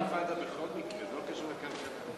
תהיה אינתיפאדה בכל מקרה, זה לא קשור לכלכלה.